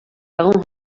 dago